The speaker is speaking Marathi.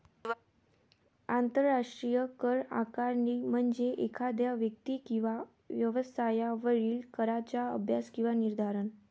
आंतरराष्ट्रीय कर आकारणी म्हणजे एखाद्या व्यक्ती किंवा व्यवसायावरील कराचा अभ्यास किंवा निर्धारण